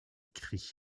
cri